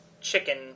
chicken